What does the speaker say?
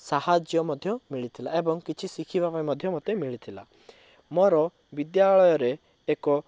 ସାହାଯ୍ୟ ମଧ୍ୟ ମିଳିଥିଲା ଏବଂ କିଛି ଶିଖିବା ପାଇଁ ମଧ୍ୟ ମୋତେ ମିଳିଥିଲା ମୋର ବିଦ୍ୟାଳୟରେ ଏକ